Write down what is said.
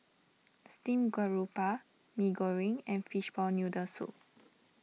Steamed Garoupa Mee Goreng and Fishball Noodle Soup